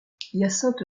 hyacinthe